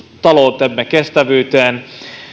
taloutemme kestävyyteen